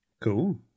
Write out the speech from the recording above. Cool